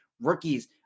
rookies